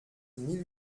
mille